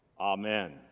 Amen